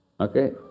Okay